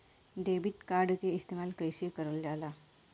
Debit card के इस्तेमाल कइसे करल जाला?